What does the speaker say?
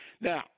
Now